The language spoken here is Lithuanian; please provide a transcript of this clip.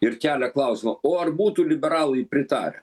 ir kelia klausimą o ar būtų liberalai pritarę